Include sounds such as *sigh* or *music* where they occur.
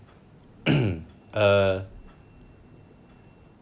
*coughs* uh